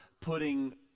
putting